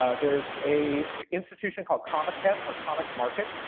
ah there's a institution called comiket, or comic market,